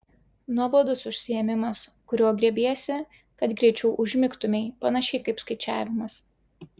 nuobodus užsiėmimas kurio griebiesi kad greičiau užmigtumei panašiai kaip skaičiavimas